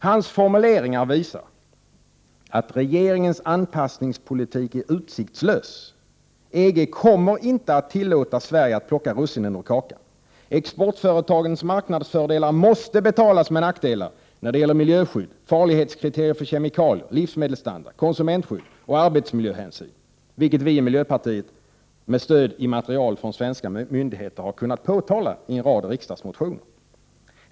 Hans formuleringar visar att regeringens anpassningspolitik är utsiktslös; EG kommer inte att låta Sverige plocka russinen ur kakan. Exportföretagens marknadsfördelar måste betalas med nackdelar när det gäller miljöskydd, farlighetskriterier för kemikalier, livsmedelsstandard, konsumentskydd och arbetsmiljöhänsyn, vilket vi i miljöpartiet med stöd i material från svenska myndigheter har kunnat påtala i en rad riksdagsmotioner.